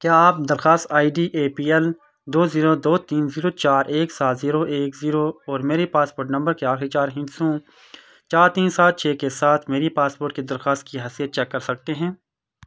کیا آپ درخواست I D A P L دو زیرو دو تین زیرو چار ایک سات زیرو ایک زیرو اور میرے پاسپورٹ نمبر کے آخری چار ہندسوں چار تین سات چھ کے ساتھ میری پاسپورٹ کی درخواست کی حیثیت چیک کر سکتے ہیں